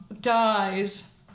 Dies